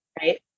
right